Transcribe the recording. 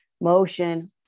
Motion